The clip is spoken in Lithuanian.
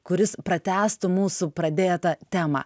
kuris pratęstų mūsų pradėtą temą